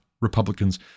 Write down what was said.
Republicans